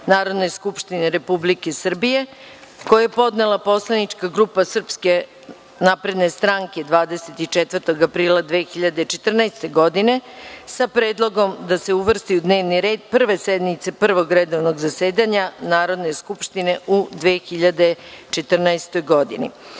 Narodne skupštine Republike Srbije, koji je podnela poslanička grupa SNS 24. aprila 2014. godine sa predlogom da se uvrsti u dnevni red Prve sednice Prvog redovnog zasedanja Narodne skupštine u 2014. godini. Molim